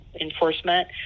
enforcement